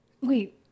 Wait